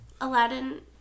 Aladdin